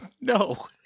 No